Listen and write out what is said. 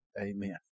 Amen